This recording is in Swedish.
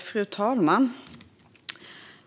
Fru talman!